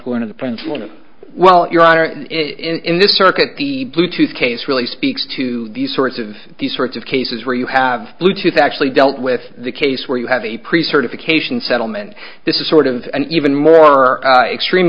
going to the pendulum of well your honor in this circuit the bluetooth case really speaks to these sorts of these sorts of cases where you have bluetooth actually dealt with the case where you have a pre certified cation settlement this is sort of an even more extreme